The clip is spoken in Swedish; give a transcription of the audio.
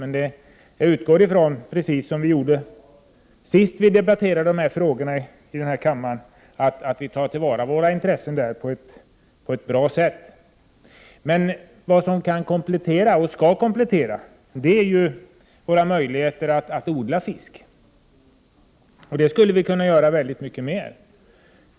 Men jag utgår från — liksom vi gjorde när vi senast debatterade dessa frågor här i kammaren -— att vi tar till vara våra intressen på ett bra sätt. Vad som kan och skall komplettera havsfisket är våra möjligheter att odla fisk. Där kan vi göra mycket mer.